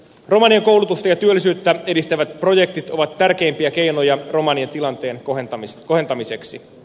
romanien koulutusta ja työllisyyttä edistävät projektit ovat tärkeimpiä keinoja romanien tilanteen kohentamiseksi